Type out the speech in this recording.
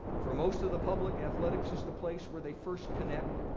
for most of the public, athletics is the place where they first connect,